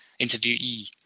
interviewee